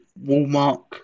Walmart